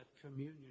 communion